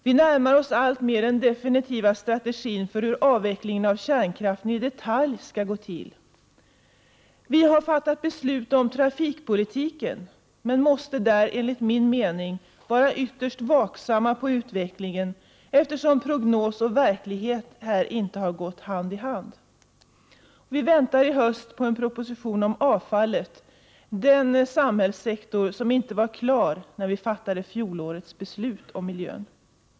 Vi närmar oss alltmer den definitiva strategin för hur avvecklingen av kärnkraften i detalj skall gå till. Vi har fattat beslut om trafikpolitiken, men vi måste, enligt min mening, vara ytterst vaksamma på utvecklingen, eftersom prognos och verklighet inte har gått hand i hand. Vi väntar i höst en proposition om avfallet, den samhällssektor som inte var klar när vi fattade fjolårets beslut om miljön.